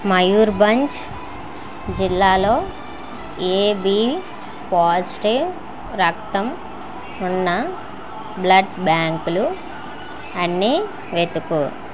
మయూర్భంజ్ జిల్లాలో AB positive రక్తం ఉన్న బ్లడ్ బ్యాంకులు అన్ని వెతుకు